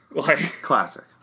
Classic